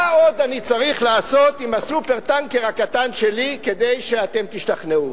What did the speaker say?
מה עוד אני צריך לעשות עם ה"סופר-טנקר" הקטן שלי כדי שאתם תשתכנעו?